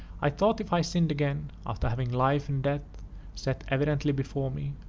i thought if i sinned again, after having life and death set evidently before me,